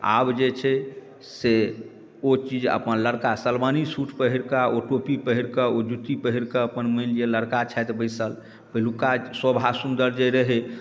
आब जे छै से ओ चीज अपन लड़का सलमानी सूट पहिर कऽ ओ टोपी पहिरकऽ ओ जूती पहिरकऽ अपन मानि लिऽ लड़का छथि बैसल पहिलुका शोभा सुन्दर जे रहै